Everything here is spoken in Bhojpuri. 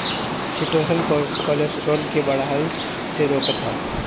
चिटोसन कोलेस्ट्राल के बढ़ला से रोकत हअ